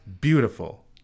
beautiful